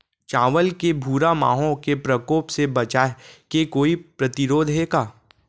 चांवल के भूरा माहो के प्रकोप से बचाये के कोई प्रतिरोधी हे का?